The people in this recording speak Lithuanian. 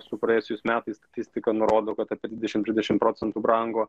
su praėjusiais metais statistika nurodo kad apie dvidešim trisdešim procentų brango